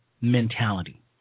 mentality